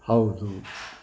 ಹೌದು